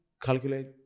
calculate